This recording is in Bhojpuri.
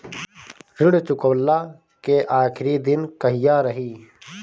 ऋण चुकव्ला के आखिरी दिन कहिया रही?